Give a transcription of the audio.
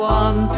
one